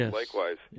likewise